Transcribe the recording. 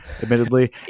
admittedly